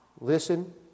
listen